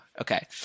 okay